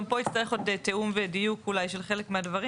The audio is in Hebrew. גם פה יצטרכו עוד תיאום ודיוק אולי של חלק מהדברים